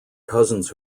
cousins